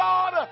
God